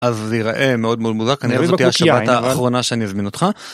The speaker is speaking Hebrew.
אז זה ייראה מאוד מאוד מוזר, כנראה זאת תהיה השבת האחרונה שאני אזמין אותך.